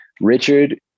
Richard